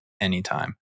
anytime